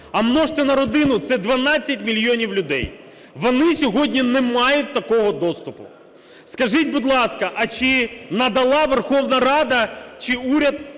а множте на родину – це 12 мільйонів людей. Вони сьогодні не мають такого доступу. Скажіть, будь ласка, а чи надала Верховна Рада чи уряд